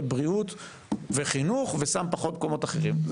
חינוך ובריאות ושם פחות במקומות אחרים,